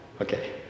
Okay